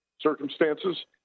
circumstances